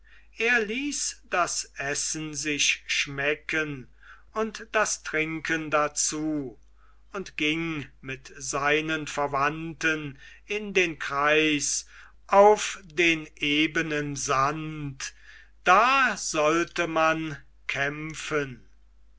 er ließ das essen sich schmecken und das trinken dazu und ging mit seinen verwandten in den kreis auf den ebenen sand da sollte man kämpfen